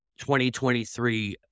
2023